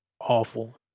awful